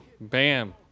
Bam